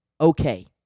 okay